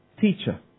Teacher